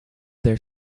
their